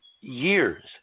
years